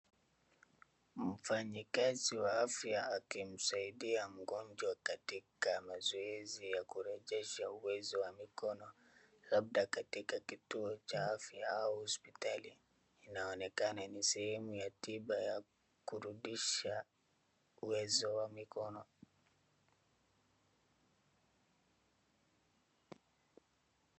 Mfanyikazi wa afya akimsaidia mgonjwa katika mazoezi wa kurejesha uwezo wa mikono labda katika kituo cha afya au hospitali, inaonekana ni sehemu ya tiba ya kurudisha uwezo wa mikono .